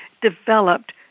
developed